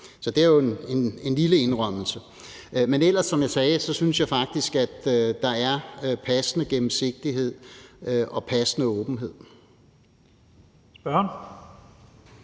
så det er jo en lille indrømmelse. Men ellers synes jeg, som jeg sagde, faktisk, at der er passende gennemsigtighed og passende åbenhed.